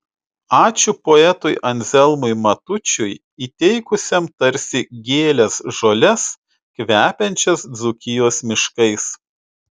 ačiū poetui anzelmui matučiui įteikusiam tarsi gėles žoles kvepiančias dzūkijos miškais